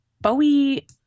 bowie